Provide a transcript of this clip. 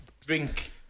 drink